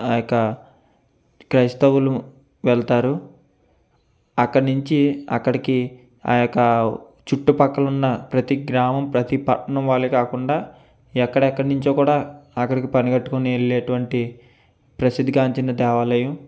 ఆ యొక్క క్రైస్తవులు వెళతారు అక్కడి నుంచి అక్కడికి ఆ యొక్క చుట్టుపక్కల ఉన్న ప్రతి గ్రామం ప్రతి పట్నం వాళ్ళే కాకుండా ఎక్కడెక్కడ నుంచి కూడా అక్కడకి పనిగట్టుకొని వెళ్ళేటువంటి ప్రసిద్ధిగాంచిన దేవాలయం